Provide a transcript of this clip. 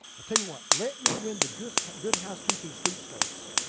tell you what? let me win the good good housekeeping sweepstakes,